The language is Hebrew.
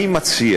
אני מציע